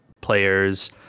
players